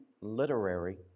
Literary